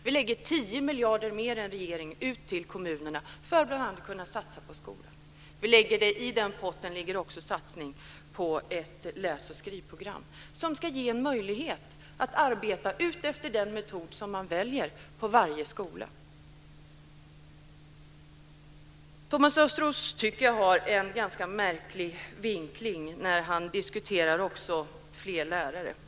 Vi lägger 10 miljarder mer än regeringen ut till kommunerna för att bl.a. kunna satsa på skolan. I den potten ligger också en satsning på ett läs och skrivprogram som ska ge en möjlighet att arbeta utefter den metod som man väljer på varje skola. Jag tycker också att Thomas Östros har en ganska märklig vinkling när han diskuterar fler lärare.